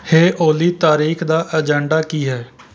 ਹੇ ਓਲੀ ਤਾਰੀਖ ਦਾ ਏਜੰਡਾ ਕੀ ਹੈ